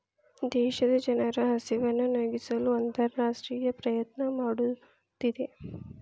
ದೇಶದ ಜನರ ಹಸಿವನ್ನು ನೇಗಿಸಲು ಅಂತರರಾಷ್ಟ್ರೇಯ ಪ್ರಯತ್ನ ಮಾಡುತ್ತಿದೆ